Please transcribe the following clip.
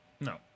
No